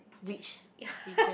witch witches